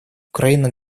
украина